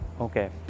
okay